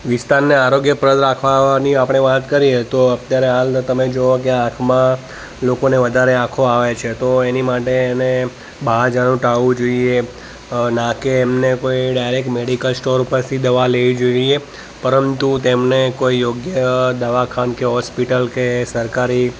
વિસ્તારને આરોગ્યપ્રદ રાખવાની જો આપણે વાત કરીએ તો અત્યારે હાલ તમે જુઓ કે આંખમાં લોકોને વધારે આંખો આવે છે તો એની માટે એને બહાર જવાનું ટાળવું જોઈએ ના કે એમને કોઈ ડાયરેક્ટ મૅડિકલ સ્ટોર પરથી દવા લેવી જોઈએ પરંતુ તેમને કોઈ યોગ્ય દવાખાન કે હૉસ્પિટલ કે સરકારી